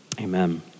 Amen